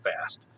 fast